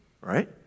right